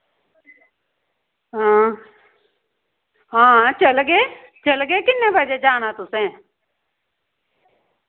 हां हां चलगे चलगे किन्ने बजे जाना तुसैं